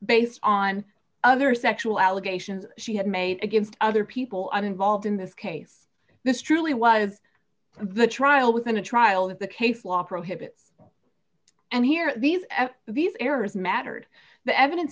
based on other sexual allegations she had made against other people involved in this case this truly was the trial within a trial that the case law prohibits and here these these errors mattered the evidence